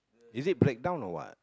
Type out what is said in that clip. is it break down or what